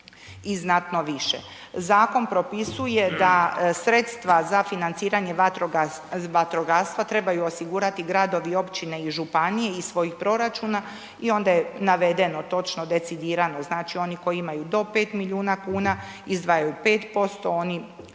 i znatno više. Zakon propisuje da sredstva za financiranje vatrogastva trebaju osigurati gradovi, općine i županije iz svojih proračuna i onda je navedeno točno decidirano, znači oni koji imaju do 5 milijuna kuna izdvajaju 5% oni